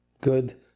good